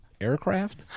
aircraft